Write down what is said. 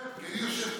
אנחנו נעביר.